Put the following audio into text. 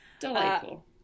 Delightful